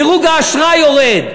דירוג האשראי יורד,